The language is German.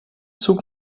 zug